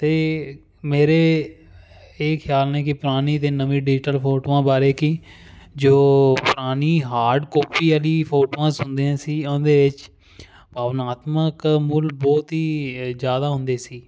ਅਤੇ ਮੇਰੇ ਇਹ ਖਿਆਲ ਨੇ ਕਿ ਪੁਰਾਣੀ ਅਤੇ ਨਵੇਂ ਡਿਜੀਟਲ ਫੋਟੋਆਂ ਬਾਰੇ ਕਿ ਜੋ ਪ੍ਰਾਣੀ ਹਾਰਡ ਕਾਪੀ ਵਾਲੀ ਫੋਟੋਆਂ ਸੁਣਦੇ ਹਾਂ ਅਸੀਂ ਉਹਦੇ 'ਚ ਭਾਵਨਾਤਮਕ ਮੁੱਲ ਬਹੁਤ ਹੀ ਜ਼ਿਆਦਾ ਹੁੰਦੇ ਸੀ